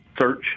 search